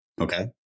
Okay